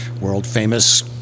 world-famous